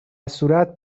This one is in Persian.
صورت